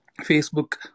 Facebook